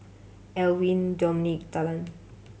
Alwine Dominic Talan